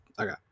okay